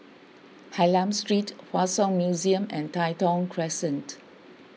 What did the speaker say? Hylam Street Hua Song Museum and Tai Thong Crescent